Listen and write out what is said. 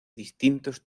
distintos